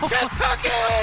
Kentucky